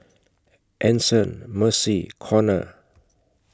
Anson Mercy and Conner